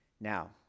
Now